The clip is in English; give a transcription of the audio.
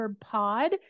Pod